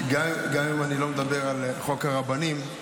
גם אם אני לא מדבר על חוק הרבנים,